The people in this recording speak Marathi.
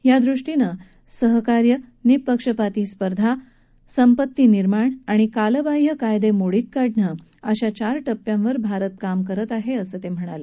यादृष्टीनं भारत सहकार्य निःपक्षपाती स्पर्धा संपत्ती निर्माण आणि कालबाह्य कायदे मोडीत काढणं अशा चार पिऱ्यांवर काम करत आहे असं ते म्हणाले